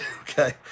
okay